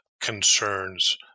concerns